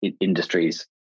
industries